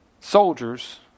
Soldiers